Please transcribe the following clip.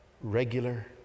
regular